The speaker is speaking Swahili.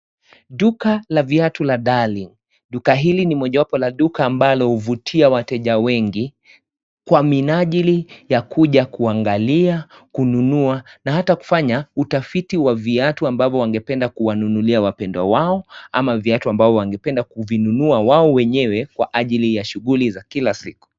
Duka la viatu la darling . Duka hili ni moja wapo wa duka ambalo huvutia watenja wengi, kwa minajili ya kuja kuangalia, kununua na hata kufanya utafiti wa viatu ambao wangependa kuwanunulia wapendwa wao ama viatu ambao wangependa kuvinunua wao wenyewe kwa anjili ya shughuli za kila siku.